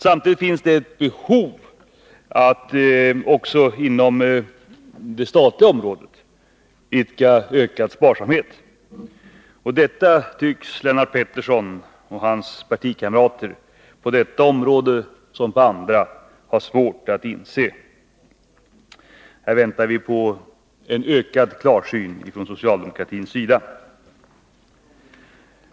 Samtidigt finns det ett behov av att också inom det statliga området idka ökad sparsamhet. Detta tycks Lennart Pettersson och hans partikamrater på detta område som på andra ha svårt att inse. Här väntar vi på en större klarsyn från socialdemokratins sida.